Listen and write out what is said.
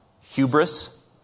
hubris